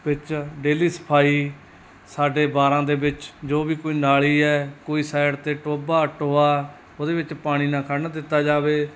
ਵਿੱਚ ਡੇਲੀ ਸਫਾਈ ਸਾਡੇ ਵਾੜਾਂ ਦੇ ਵਿੱਚ ਜੋ ਵੀ ਕੋਈ ਨਾਲੀ ਹੈ ਕੋਈ ਸਾਈਡ 'ਤੇ ਟੋਭਾ ਟੋਆ ਉਹਦੇ ਵਿੱਚ ਪਾਣੀ ਨਾ ਖੜਨ ਦਿੱਤਾ ਜਾਵੇ